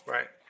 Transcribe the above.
Right